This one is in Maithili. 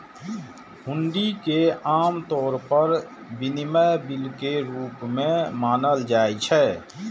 हुंडी कें आम तौर पर विनिमय बिल के रूप मे मानल जाइ छै